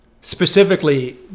specifically